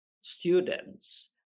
students